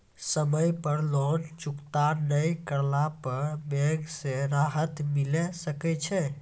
समय पर लोन चुकता नैय करला पर बैंक से राहत मिले सकय छै?